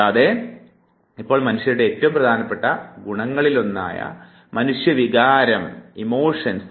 കൂടാത്ത ഇപ്പോൾ മനുഷ്യരുടെ ഏറ്റവും പ്രധാനപ്പെട്ട ഗുണങ്ങളിലൊന്നായ മനുഷ്യ വികാരത്തിലേക്കാണ് നാം കടന്നു വരുന്നത്